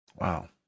Wow